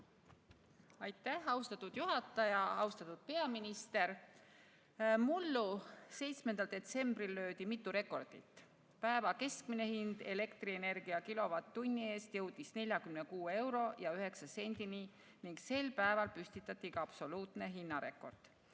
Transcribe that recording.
Aitäh, austatud juhataja! Austatud peaminister! Mullu 7. detsembril löödi mitu rekordit. Päeva keskmine hind elektrienergia kilovatt-tunni eest jõudis 46 euro ja 9 sendini ning sel päeval püstitati ka absoluutne hinnarekord: